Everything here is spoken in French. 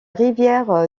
rivière